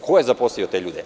Ko je zaposlio te ljude?